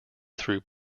through